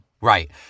Right